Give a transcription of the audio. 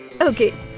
Okay